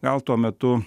gal tuo metu